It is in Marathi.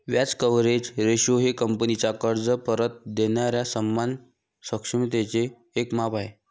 व्याज कव्हरेज रेशो हे कंपनीचा कर्ज परत देणाऱ्या सन्मान क्षमतेचे एक माप आहे